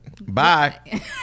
Bye